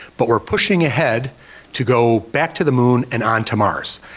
but we're pushing ahead to go back to the moon and on to mars.